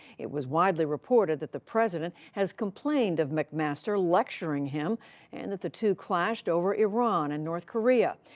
it was widely reported that the president has complained of mcmaster lecturing him and that the two clashed over iran and north korea.